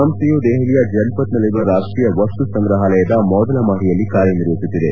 ಸಂಸ್ಥೆಯು ದೆಹಲಿಯ ಜನಪತ್ ನಲ್ಲಿರುವ ರಾಷ್ಟೀಯ ವಸ್ತುಸಂಗ್ರಹಾಲಯದ ಮೊದಲ ಮಹಡಿಯಲ್ಲಿ ಕಾರ್ಯನಿರ್ವಹಿಸುತ್ತಿದೆ